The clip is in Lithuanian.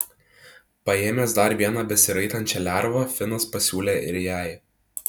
paėmęs dar vieną besiraitančią lervą finas pasiūlė ir jai